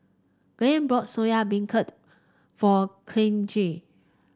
Glen brought Soya Beancurd for Kyleigh